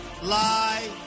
lie